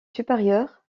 supérieures